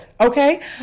Okay